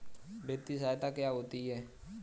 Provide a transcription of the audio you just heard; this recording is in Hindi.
वित्तीय सहायता क्या होती है?